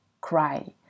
cry